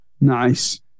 Nice